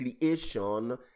creation